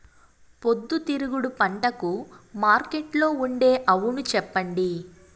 పొద్దుతిరుగుడు పంటకు మార్కెట్లో ఉండే అవును చెప్పండి?